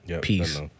Peace